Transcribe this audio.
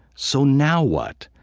so now what?